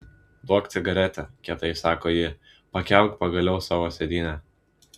duok cigaretę kietai sako ji pakelk pagaliau savo sėdynę